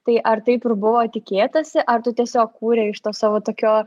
tai ar taip ir buvo tikėtasi ar tu tiesiog kūrei iš to savo tokio